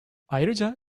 ayrıca